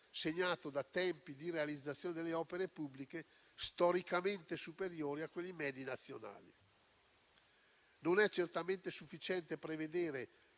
segnato da tempi di realizzazione delle opere pubbliche storicamente superiori a quelli medi nazionali. Non è certamente sufficiente prevedere